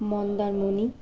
Mandarmani